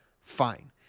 fine